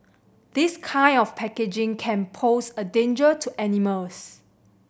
this kind of packaging can pose a danger to animals